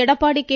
Edappadi K